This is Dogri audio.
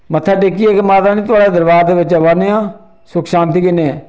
मत्था टेकेआ कि माता रानी थुआढ़े दरबार च आवा करने आं सुख शांति कन्नै